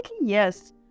yes